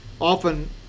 often